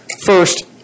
First